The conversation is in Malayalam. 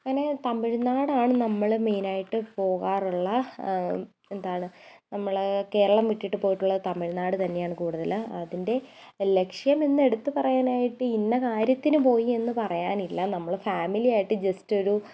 അങ്ങനെ തമിഴ്നാടാണ് നമ്മൾ മെയിനായിട്ട് പോകാറുള്ള എന്താണ് നമ്മൾ കേരളം വിട്ടിട്ട് പോയിട്ടുള്ളത് തമിഴ്നാട് തന്നെയാണ് കൂടുതൽ അതിൻ്റെ ലക്ഷ്യമെന്ന് എടുത്തു പറയാനായിട്ട് ഇന്ന കാര്യത്തിനുപ്പോയി എന്ന് പറയാനില്ല നമ്മൾ ഫാമിലിയായിട്ട് ജസ്റ്റൊരു